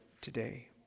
today